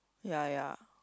ya ya